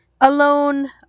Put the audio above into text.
alone